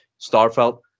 Starfelt